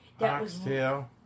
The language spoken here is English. Oxtail